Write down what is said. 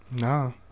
No